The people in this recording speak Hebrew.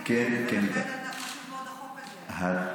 ולכן החוק הזה חשוב מאוד.